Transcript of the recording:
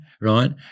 right